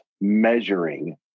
measuring